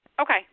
Okay